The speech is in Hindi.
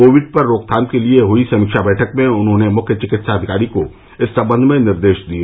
कोविड पर रोकथाम के लिए हुई समीक्षा बैठक में उन्होंने मुख्य विकित्साधिकारी को इस संबंध में निर्देश दिए